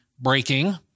breaking